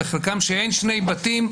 לחלקן שאין שני בתים,